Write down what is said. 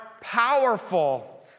powerful